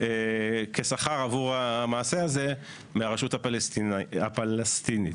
כשכר עבור המעשה הזה מהרשות הפלסטינית.